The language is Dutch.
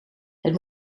het